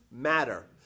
matter